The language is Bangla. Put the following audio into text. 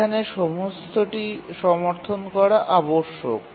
এখানে সমস্তটি সমর্থন করা আবশ্যক